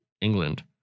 England